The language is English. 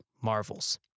Marvels